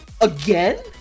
again